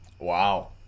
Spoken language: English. wow